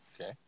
Okay